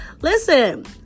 Listen